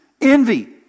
envy